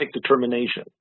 determination